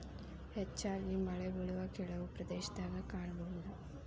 ಹೆಚ್ಚಾಗಿ ಮಳೆಬಿಳುವ ಕೆಲವು ಪ್ರದೇಶದಾಗ ಕಾಣಬಹುದ